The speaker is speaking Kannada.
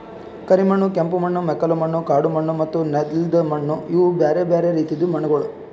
ಕರಿ ಮಣ್ಣು, ಕೆಂಪು ಮಣ್ಣು, ಮೆಕ್ಕಲು ಮಣ್ಣು, ಕಾಡು ಮಣ್ಣು ಮತ್ತ ನೆಲ್ದ ಮಣ್ಣು ಇವು ಬ್ಯಾರೆ ಬ್ಯಾರೆ ರೀತಿದು ಮಣ್ಣಗೊಳ್